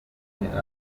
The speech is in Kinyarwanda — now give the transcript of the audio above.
umuziki